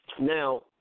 Now